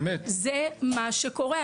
זה מה שקורה.